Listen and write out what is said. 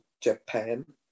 japan